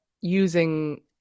using